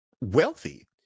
Wealthy